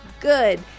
good